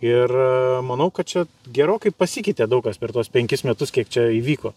ir manau kad čia gerokai pasikeitė daug kas per tuos penkis metus kiek čia įvyko